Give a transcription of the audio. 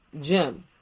Jim